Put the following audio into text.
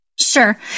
Sure